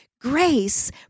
Grace